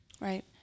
Right